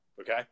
Okay